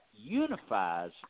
Unifies